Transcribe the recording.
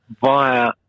via